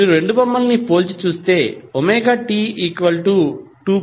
మీరు రెండు బొమ్మలను పోల్చి చూస్తే ωT2